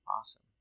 Awesome